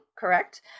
Correct